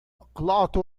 أقلعت